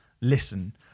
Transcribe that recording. listen